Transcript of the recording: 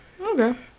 Okay